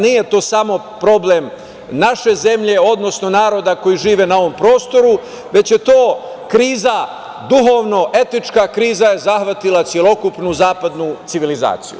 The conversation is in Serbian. Nije to samo problem naše zemlje, odnosno naroda koji žive na ovom prostoru, već je to kriza, duhovno etička kriza je zahvatila celokupnu zapadnu civilizaciju.